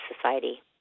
society